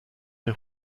der